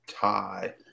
tie